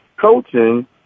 coaching